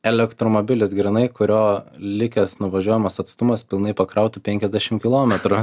elektromobilis grynai kurio likęs nuvažiuojamas atstumas pilnai pakrautų penkisdešim kilometrų